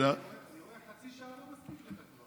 דוד, אני רואה שחצי שעה לא מספיקה לך כבר.